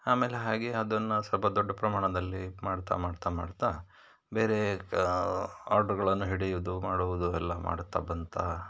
ಆಮೇಲೆ ಹಾಗೆ ಅದನ್ನು ಸ್ವಲ್ಪ ದೊಡ್ಡ ಪ್ರಮಾಣದಲ್ಲಿ ಮಾಡ್ತಾ ಮಾಡ್ತಾ ಮಾಡ್ತಾ ಬೇರೆ ಆರ್ಡ್ರುಗಳನ್ನು ಹಿಡಿಯೋದು ಮಾಡುವುದು ಎಲ್ಲ ಮಾಡುತ್ತಾ ಬಂತಾ